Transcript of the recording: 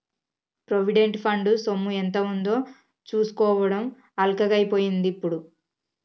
provident fund సొమ్ము ఎంత ఉందో చూసుకోవడం అల్కగై పోయిందిప్పుడు